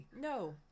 No